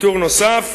וויתור נוסף,